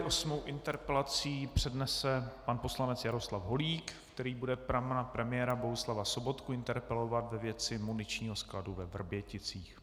Osmou interpelaci přednese pan poslanec Jaroslav Holík, který bude pana premiéra Bohuslava Sobotku interpelovat ve věci muničního skladu ve Vrběticích.